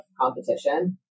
competition